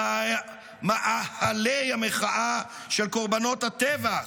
ומאהלי המחאה של קורבנות הטבח,